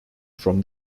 from